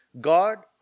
God